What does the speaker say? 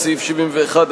סעיף 71,